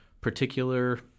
particular